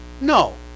No